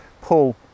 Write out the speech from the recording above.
pull